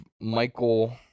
Michael